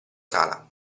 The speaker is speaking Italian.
sala